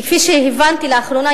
כפי שהבנתי לאחרונה,